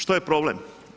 Što je problem?